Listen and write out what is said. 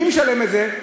מי משלם את זה?